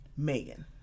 Megan